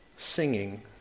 singing